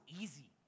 easy